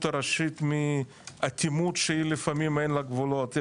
הראשית מאטימות שלפעמים שאין לה גבולות.